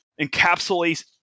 encapsulates